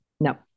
No